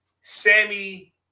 Sammy